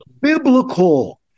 biblical